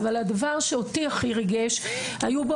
אבל הדבר שאותי הכי ריגש זה שהיו בו